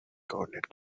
coordinate